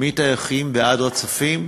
מטייחים ועד רצפים,